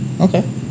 Okay